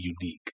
unique